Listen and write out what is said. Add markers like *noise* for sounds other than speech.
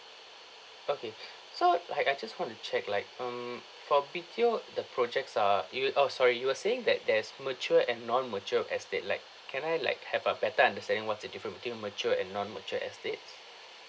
okay *breath* so like I just want to check like um for B_T_O the projects are eve~ oh sorry you were saying that there's mature and non mature estate like can I like have a better understanding what's the different between mature and non mature estates